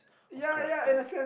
of character